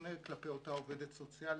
מופנה הרבה פעמים כלפי אותה עובדת סוציאלית.